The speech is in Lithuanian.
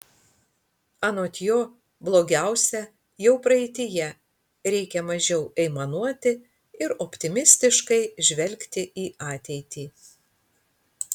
anot jo blogiausia jau praeityje reikia mažiau aimanuoti ir optimistiškai žvelgti į ateitį